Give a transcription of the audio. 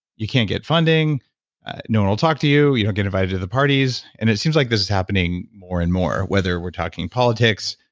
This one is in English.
you can't get funding no one will talk to you. you don't get invited to the parties. and it seems like this is happening more and more whether we're talking politics,